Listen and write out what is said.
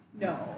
No